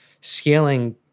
scaling